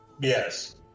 Yes